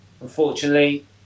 Unfortunately